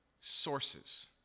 sources